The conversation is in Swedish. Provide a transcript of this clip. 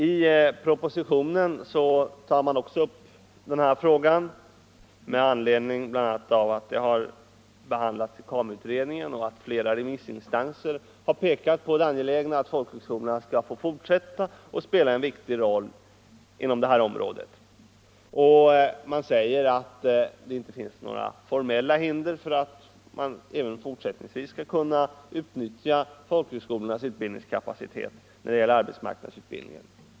I propositionen tar man också upp den här frågan, bl.a. med anledning av att den behandlats i KAMU-utredningen och att flera remissinstanser har pekat på det angelägna i att folkhögskolorna får fortsätta att spela en viktig roll inom det här området. Man säger att det inte finns några formella hinder för att även fortsättningsvis kunna utnyttja folkhögskolornas utbildningskapacitet när det gäller arbetsmarknadsutbildningen.